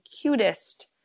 cutest